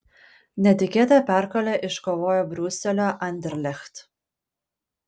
netikėtą pergalę iškovojo briuselio anderlecht